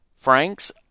Frank's